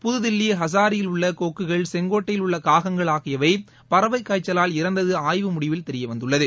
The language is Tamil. புதுதில்லி ஹஸாரியில் உள்ள கொக்குகள் செங்கோட்டையில் உள்ள காகங்கள் ஆகியவை பறவைக் காய்ச்சலால் இறந்தது ஆய்வக முடிவில் தெரியவந்துள்ளது